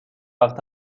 وقت